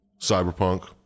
Cyberpunk